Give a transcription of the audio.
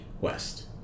West